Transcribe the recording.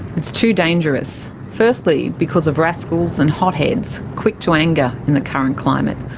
it's too dangerous. firstly because of raskols and hot heads, quick to anger in the current climate.